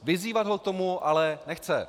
Vyzývat ho k tomu ale nechce.